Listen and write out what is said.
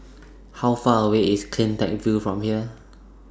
How Far away IS CleanTech View from here